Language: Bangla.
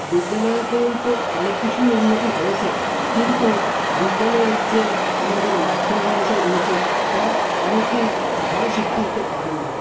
বিদ্যালয়ের দরুন তো অনেক কিছুই উন্নতি হয়েছে কিন্তু বিদ্যালয়ের যে আমাদের মাস্টারমহাশয় রয়েছে তারা অনেকেই ভালো শিক্ষা দিতে পারেন না